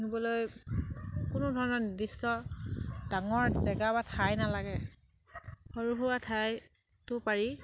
পুহিবলৈ কোনো ধৰণৰ নিৰ্দিষ্ট ডাঙৰ জেগা বা ঠাই নালাগে সৰু সুৰা ঠাইটো পাৰি